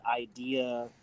idea